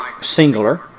singular